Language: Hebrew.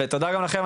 תודה גם לכם.